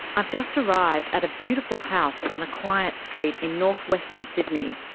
i've just arrived at a beautiful house on a quiet street in north-western sydney.